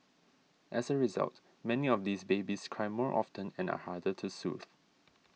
as a result many of these babies cry more often and are harder to soothe